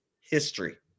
history